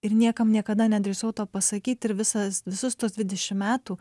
ir niekam niekada nedrįsau to pasakyt ir visas visus tuos dvidešim metų